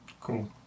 Cool